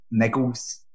niggles